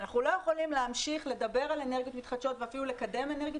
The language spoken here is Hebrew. אנחנו לא יכולים להמשיך לדבר על אנרגיות מתחדשות ואפילו לקדם אנרגיות